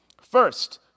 first